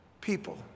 people